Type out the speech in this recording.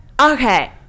okay